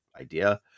idea